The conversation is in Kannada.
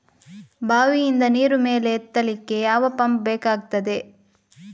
ಬಾವಿಯಿಂದ ನೀರು ಮೇಲೆ ಎತ್ತಲಿಕ್ಕೆ ಯಾವ ಪಂಪ್ ಬೇಕಗ್ತಾದೆ?